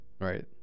right